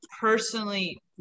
personally